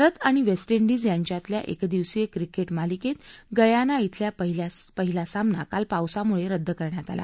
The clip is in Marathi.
भारत आणि वेस्टइंडीज यांच्यातला एकदिवसीय क्रिकेट मालिकेत गयाना इथला पहिला सामना काल पावसामुळे रद्द करण्यात आला